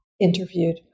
interviewed